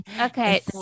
Okay